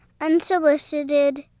Unsolicited